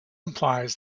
implies